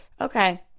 okay